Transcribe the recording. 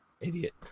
idiot